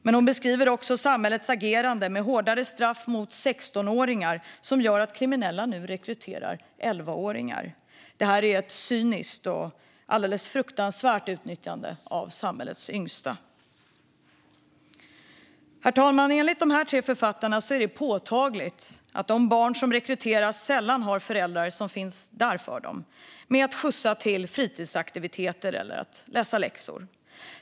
Men hon beskriver också samhällets agerande, med hårdare straff för 16-åringar, som gör att kriminella nu rekryterar 11-åringar. Detta är ett cyniskt och alldeles fruktansvärt utnyttjande av samhällets yngsta. Herr talman! Enligt dessa tre författare är det påtagligt att de barn som rekryteras sällan har föräldrar som finns där för dem för att skjutsa till fritidsaktiviteter eller läsa läxor med dem.